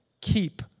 Keep